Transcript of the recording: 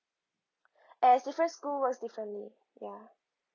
as different school works differently ya